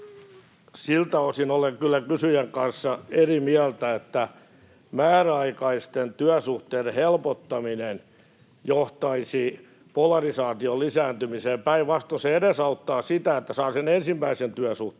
Siltä osin olen kyllä kysyjän kanssa eri mieltä, että määräaikaisten työsuhteiden helpottaminen johtaisi polarisaation lisääntymiseen. Päinvastoin, se edesauttaa sitä, että saa sen ensimmäisen työsuhteen.